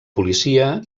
policia